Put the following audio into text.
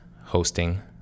hosting